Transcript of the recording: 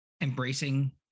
embracing